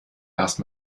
erst